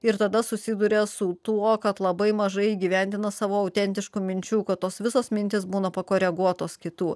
ir tada susiduria su tuo kad labai mažai įgyvendina savo autentiškų minčių kad tos visos mintys būna pakoreguotos kitų